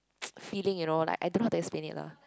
feeling you know like I don't know how to explain it lah